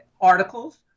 articles